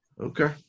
Okay